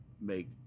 make